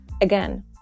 again